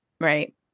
right